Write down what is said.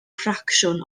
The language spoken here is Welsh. ffracsiwn